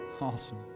Awesome